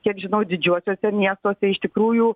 kiek žinau didžiuosiuose miestuose iš tikrųjų